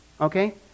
Okay